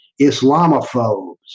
Islamophobes